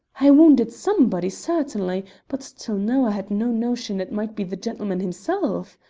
i wounded somebody, certainly, but till now i had no notion it might be the gentleman himself.